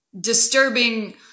Disturbing